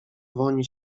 woń